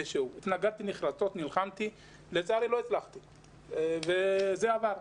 התנגדתי נחרצות ונלחמתי ולצערי לא הצלחתי וזה עבר.